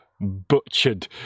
butchered